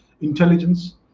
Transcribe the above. intelligence